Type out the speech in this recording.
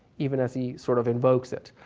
even as he sort of invokes it.